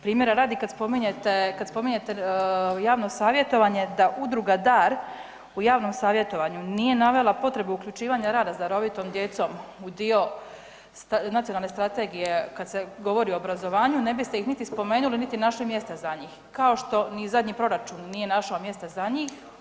Primjera radi kad spominjete, kad spominjete javno savjetovanje da Udruga Dar u javnom savjetovanju nije navela potrebu uključivanja rada s darovitom djecom u dio nacionalne strategije kad se govori o obrazovanju ne biste ih niti spomenuli, niti naši mjesta za njih kao što ni zadnji proračun nije našao mjesta za njih.